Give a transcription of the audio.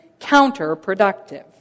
counterproductive